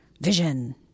vision